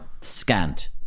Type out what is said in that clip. scant